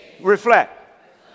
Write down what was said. Reflect